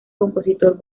compositor